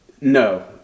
no